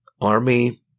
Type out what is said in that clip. army